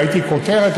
ראיתי כותרת,